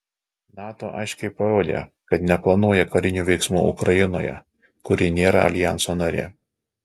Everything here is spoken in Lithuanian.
nato aiškiai parodė kad neplanuoja karinių veiksmų ukrainoje kuri nėra aljanso narė